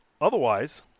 otherwise